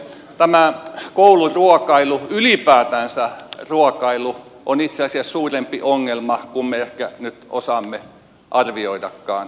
tämä kouluruokailu ylipäätänsä ruokailu on itse asiassa suurempi ongelma kuin me ehkä nyt osaamme arvioidakaan